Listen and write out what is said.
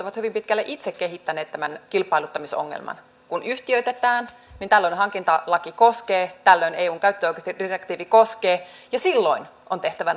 ovat hyvin pitkälle itse kehittäneet tämän kilpailuttamisongelman kun yhtiöitetään niin tällöin hankintalaki koskee eun käyttöoikeusdirektiivi koskee ja silloin on tehtävä